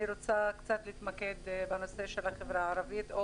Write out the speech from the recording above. רוצה קצת להתמקד בנושא של החברה הערבית,